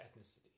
ethnicity